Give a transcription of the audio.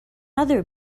other